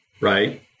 right